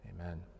Amen